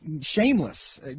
Shameless